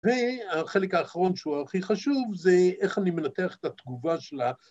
‫והחלק האחרון שהוא הכי חשוב, ‫זה איך אני מנתח את התגובה שלה.